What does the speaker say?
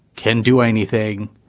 can do anything,